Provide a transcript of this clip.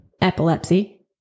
epilepsy